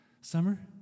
Summer